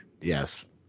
yes